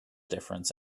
difference